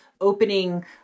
opening